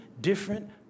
different